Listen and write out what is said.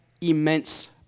immense